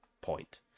point